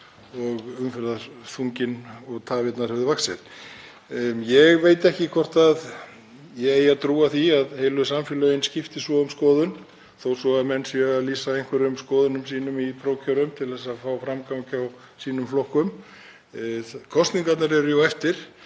og umferðarþunginn og -tafirnar höfðu vaxið. Ég veit ekki hvort ég á að trúa því að heilu samfélögin skipti svo um skoðun þó svo menn lýsi einhverjum skoðunum sínum í prófkjörum til að fá framgang hjá sínum flokkum. Kosningarnar eru jú eftir.